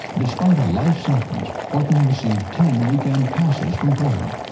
despite a life sentence, horton received ten weekend passes from prison.